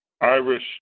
Irish